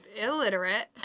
illiterate